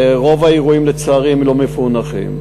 ורוב האירועים לצערי לא מפוענחים.